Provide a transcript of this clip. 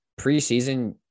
preseason